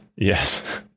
Yes